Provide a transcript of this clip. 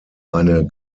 eine